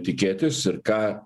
tikėtis ir ką